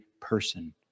person